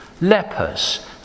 lepers